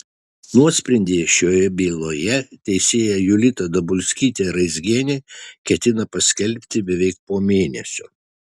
nuosprendį šioje byloje teisėja julita dabulskytė raizgienė ketina paskelbti beveik po mėnesio